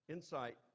Insight